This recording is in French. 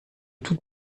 toute